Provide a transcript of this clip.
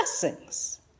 blessings